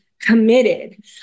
committed